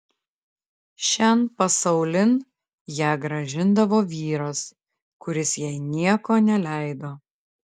šian pasaulin ją grąžindavo vyras kuris jai nieko neleido